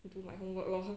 do my homework lor